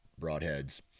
broadheads